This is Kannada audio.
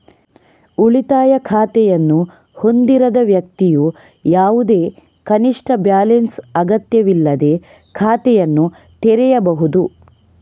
ಉಳಿತಾಯ ಖಾತೆಯನ್ನು ಹೊಂದಿರದ ವ್ಯಕ್ತಿಯು ಯಾವುದೇ ಕನಿಷ್ಠ ಬ್ಯಾಲೆನ್ಸ್ ಅಗತ್ಯವಿಲ್ಲದೇ ಖಾತೆಯನ್ನು ತೆರೆಯಬಹುದು